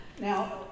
Now